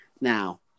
Now